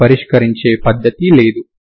దాన్ని పరిష్కరించే పద్ధతి లేదు